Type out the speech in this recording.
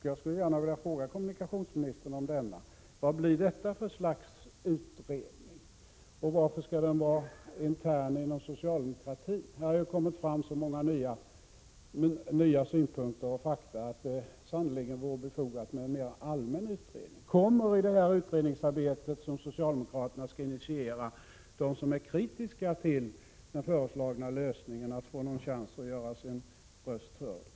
Jag skulle gärna vilja fråga kommunikationsministern vad det blir för slags utredning och varför den skall göras internt inom socialdemokratin. Det har kommit fram så många nya synpunkter och fakta att det sannerligen vore befogat med en mera allmän utredning. Kommer i det utredningsarbete som socialdemokraterna skall initiera de som är kritiska till den föreslagna lösningen att få någon chans att göra sin röst hörd?